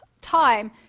time